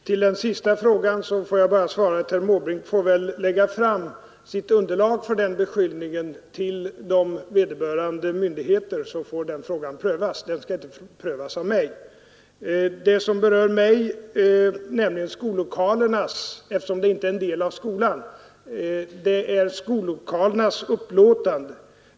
Herr talman! På den sista frågan vill jag bara svara, att herr Måbrink får väl lägga fram sitt underlag för den beskyllningen hos vederbörande myndigheter, så att frågan kan prövas. Den skall inte prövas av mig. Det som berör mig — eftersom det inte gäller en del av skolan — är skollokalernas upplåtande.